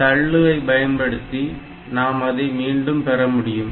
தள்ளு ஐ பயன்படுத்தி நாம் அதை மீண்டும் பெற முடியும்